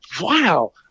wow